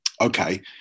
okay